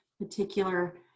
particular